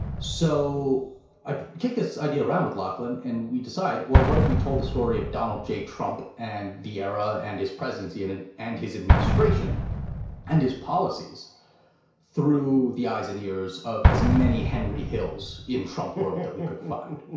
so i kick this idea around with lauchlan and we decide, well, what if we told the story of donald j. trump and vieira and his presidency and and his administration and his policies through the eyes and ears of as many henry hills in trump world that we could find.